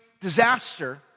disaster